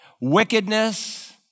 Wickedness